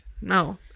No